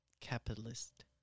capitalist